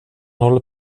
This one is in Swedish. håller